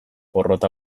porrota